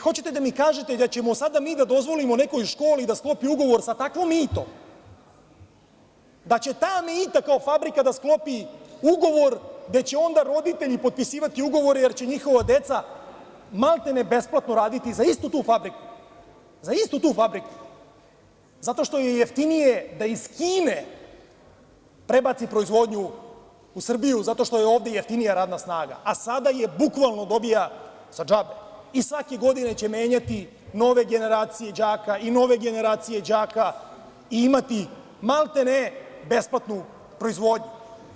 Hoćete da mi kažete da ćemo sada mi da dozvolimo nekoj školi da sklopi ugovor sa takvom „Meitom“ da će ta „Meita“ kao fabrika da sklopi ugovor, gde će onda roditelji potpisivati ugovore, jer će njihova deca maltene raditi besplatno za istu tu fabriku, zato što je jeftinije da iz Kine prebaci proizvodnju u Srbiju, zato što je ovde jeftinija radna snaga, a sad je bukvalno dobija za džabe i svake godine će menjati nove generacije đaka i nove generacije đaka i imati maltene besplatnu proizvodnju.